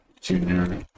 Junior